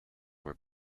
were